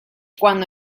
cuando